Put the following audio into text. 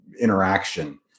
interaction